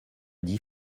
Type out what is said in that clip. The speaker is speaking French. dix